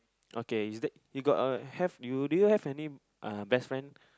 okay is that you got a have you do you have any uh best friend